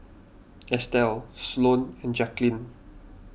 Estelle Sloane and Jacquelynn